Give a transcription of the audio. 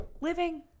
living